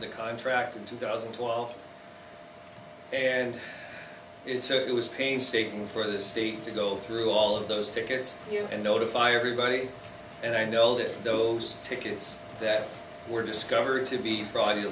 the contract in two thousand and twelve and it's so it was painstaking for the state to go through all of those tickets and notify everybody and i know that those tickets that were discovered to be fr